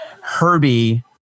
Herbie